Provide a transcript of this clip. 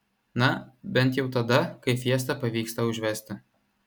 na bent jau tada kai fiesta pavyksta užvesti